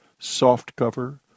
softcover